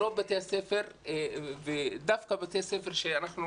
ברוב בתי הספר, ודווקא בתי ספר שאנחנו